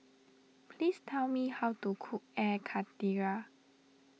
please tell me how to cook Air Karthira